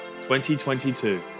2022